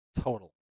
total